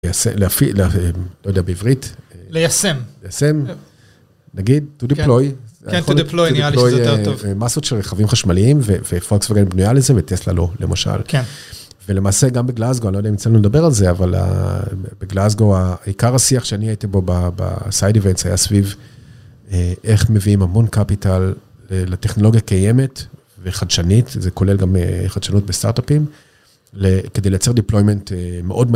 להפעיל, לא יודע, בעברית. ליישם. ליישם, נגיד, to deploy. כן, to deploy, נראה לי שזה יותר טוב. מאסות של רכבים חשמליים ופולסווגן בנויה לזה וטסלה לא, למשל. כן. ולמעשה, גם בגלסגו, אני לא יודע אם יצא לנו לדבר על זה, אבל בגלסגו, העיקר השיח שאני הייתי בו בסייד איבנטס, היה סביב איך מביאים המון קפיטל לטכנולוגיה קיימת וחדשנית, זה כולל גם חדשנות בסטארט-אפים, כדי לייצר deployment מאוד,